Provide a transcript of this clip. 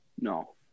No